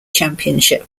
championship